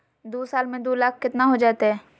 दू साल में दू लाख केतना हो जयते?